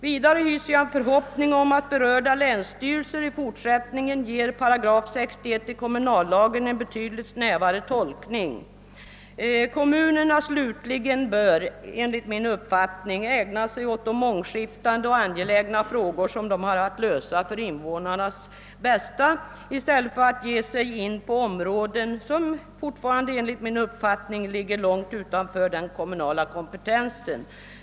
Vidare hyser jag en förhoppning om att berörda länsstyrelser i fortsättningen ger 61 § kommunallagen en betydligt snävare tolkning. Kommunerna bör enligt min uppfattning ägna sig åt de mångskiftande och angelägna frågor de har att lösa för invånarnas bästa i stället för att ge sig på områden som, fortfarande enligt min uppfattning, ligger långt utanför den kommunala kompetensen.